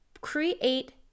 Create